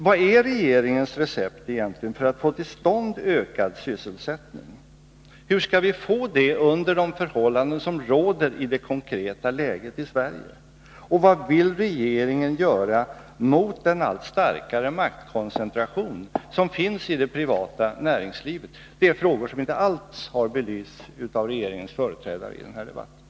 Vad är egentligen regeringens recept för att få till stånd ökad sysselsättning? Hur skall vi få det under de förhållanden som råder, i det konkreta läget i Sverige, och vad vill regeringen göra mot den allt starkare maktkoncentration som finns i det privata näringslivet? Det är frågor som inte alls har belysts av regeringens företrädare i den här debatten.